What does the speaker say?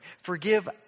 Forgive